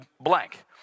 blank